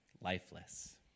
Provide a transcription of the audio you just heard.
lifeless